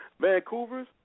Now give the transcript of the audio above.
Vancouver's